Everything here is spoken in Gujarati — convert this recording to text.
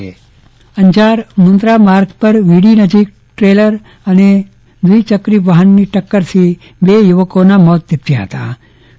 ચંદ્રવદન પદ્ટણી અકસ્માત અંજાર મુન્દ્રા માર્ગ પર વીડી નજીક ટ્રેઈલર અને દ્રિચકી વાફન ની ટકકરથી બે યુવાનોના મોત નિપજ્યા ફતા